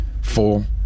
four